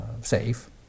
safe